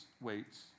weights